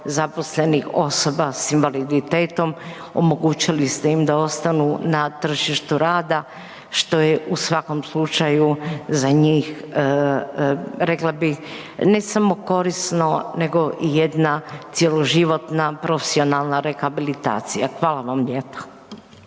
zaposlenih osoba s invaliditetom, omogućili ste im da ostanu na tržištu rada što je u svakom slučaju za njih rekla bih ne samo korisno nego i jedna cjeloživotna profesionalna rehabilitacija. Hvala vam lijepa.